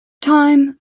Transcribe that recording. time